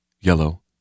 Yellow